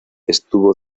estuvo